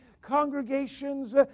congregations